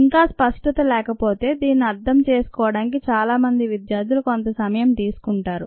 ఇంకా స్పష్టత లేకపోతే దీనిని అర్థం చేసుకోవడానికి చాలా మంది విద్యార్థులు కొంత సమయం తీసుకుంటారు